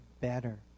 better